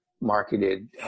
marketed